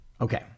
Okay